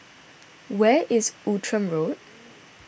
where is Outram Road